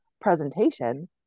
presentation